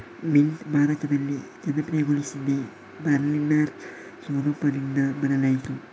mint ಭಾರತದಲ್ಲಿ ಜನಪ್ರಿಯಗೊಳಿಸಿದ Berliner ಸ್ವರೂಪದಿಂದ ಬದಲಾಯಿತು